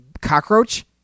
cockroach